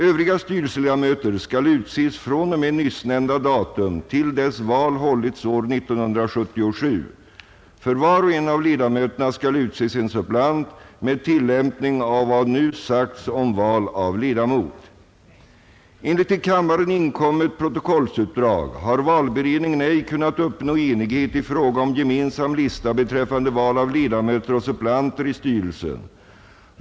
Övriga styrelseledamöter skall utses från och med nyssnämnda datum till dess val hållits år 1977. För var och en av ledamöterna skall utses en suppleant med tillämpning av vad nu sagts om val av ledamot. Enligt till kammaren inkommet protokollsutdrag har valberedningen ej kunnat uppnå enighet i fråga om gemensam lista beträffande valet av ledamöter och suppleanter i styrelsen.